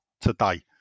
today